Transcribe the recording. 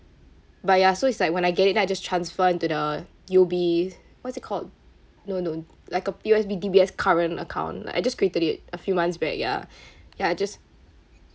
but ya so it's like when I get it then I just transfer into the U_O_B what's it called no no like a P_O_S_B D_B_S current account like I just created it a few months back ya ya I just